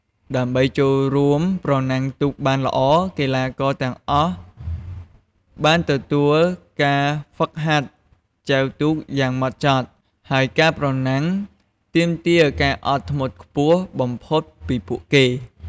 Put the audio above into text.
ដើម្បីចូលរួមប្រណាំងទូកបានល្អ កីឡាករទាំងអស់បានទទួលការហ្វឹកហាត់ចែវទូកយ៉ាងម៉ត់ចត់ ហើយការប្រណាំងទាមទារការអត់ធ្មត់ខ្ពស់បំផុតពីពួកគេ។